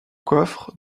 coffre